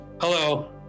Hello